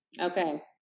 okay